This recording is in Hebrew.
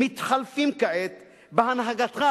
מתחלפים כעת בהנהגתך,